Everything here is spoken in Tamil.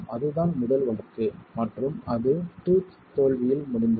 அதுதான் முதல் வழக்கு மற்றும் அது டூத்ட் தோல்வியில் முடிந்தது